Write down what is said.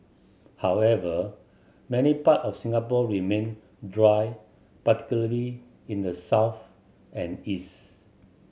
however many part of Singapore remain dry particularly in the south and east